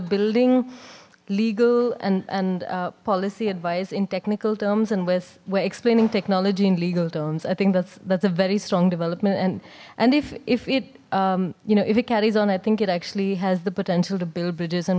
building legal and policy advice in technical terms and with we're explaining technology in legal terms i think that's that's a very strong development and and if if it you know if it carries on i think it actually has the potential to build bridges and